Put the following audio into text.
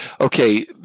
Okay